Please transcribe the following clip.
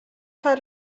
how